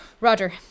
Roger